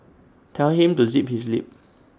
tell him to zip his lip